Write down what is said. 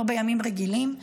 לא בימים רגילים,